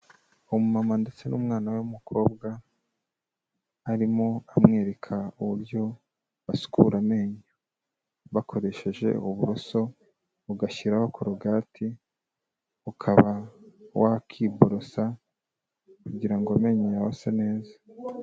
Umumama ndetse n'umwana we w'umukobwa arimo amwereka uburyo basukura amenyo bakoresheje uburoso ugashyiraho korogati ukaba wakiborosa kugira ngo amenye yawe ase neza.